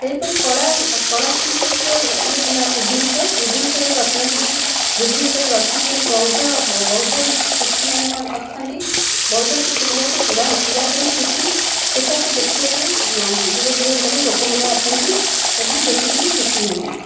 ସେହିପରି କଳା କଳା ସଂସ୍କୃତିର ଇଏ ହେଲା ଭୁବନେଶ୍ୱର ଭୁବନେଶ୍ୱରରେ ରତ୍ନଗିରି ଭୁବନେଶ୍ୱରରେ ରତ୍ନଗିରି ବୌଧ ବୌଧ କୀର୍ତ୍ତି ମାନେ ଅଛନ୍ତି ବୌଧ କୀର୍ତ୍ତି ବହୁତ ପୁରାତନ କୀର୍ତ୍ତି ସେଠାକୁ ଦେଖିବାକୁ ଦୂର ଦୂରନ୍ତରୁ ଲୋକମାନେ ଆସନ୍ତି ଏବଂ ଦେଖିକି ଖୁସି ହୁଅନ୍ତି